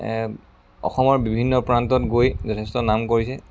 এ অসমৰ বিভিন্ন প্ৰান্তত গৈ যথেষ্ট নাম কৰিছে